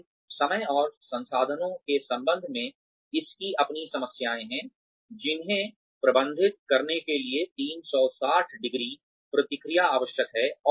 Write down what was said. लेकिन समय और संसाधनों के संबंध में इसकी अपनी समस्याएं हैं जिन्हें प्रबंधित करने के लिए 360 ° प्रतिक्रिया आवश्यक है